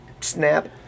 Snap